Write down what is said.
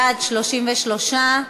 בעד, 33,